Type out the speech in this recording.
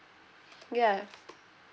ya